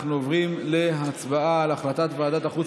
אנחנו עוברים להצבעה על הצעת ועדת החוץ